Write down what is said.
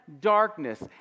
darkness